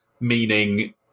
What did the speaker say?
meaning